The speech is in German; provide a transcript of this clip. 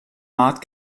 markt